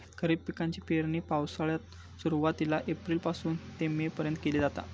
खरीप पिकाची पेरणी पावसाळ्याच्या सुरुवातीला एप्रिल पासून ते मे पर्यंत केली जाता